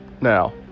now